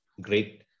great